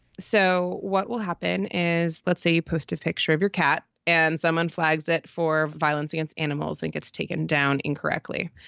so what will happen is let's say you post a picture of your cat and someone flags it for violence against animals and gets taken down incorrectly.